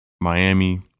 Miami